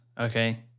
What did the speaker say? Okay